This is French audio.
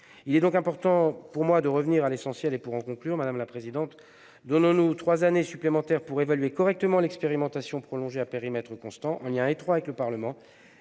Il est donc important pour moi de revenir à l'essentiel : donnons-nous trois années supplémentaires pour évaluer correctement l'expérimentation, prolongée à périmètre constant, en lien étroit avec le Parlement.